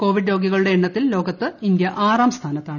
Covid രോഗികളുടെ എണ്ണത്തിൽ ലോകത്ത് ഇന്തൃ ആറാം സ്ഥാനത്താണ്